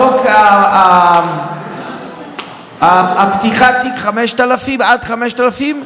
בחוק, פתיחת תיק היא עד 5,000,